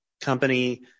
company